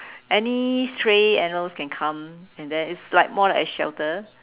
any stray animals can come and then it's more like a shelter